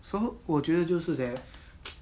so 我觉得就是 that